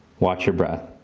watch your breath.